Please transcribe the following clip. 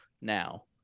now